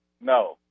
No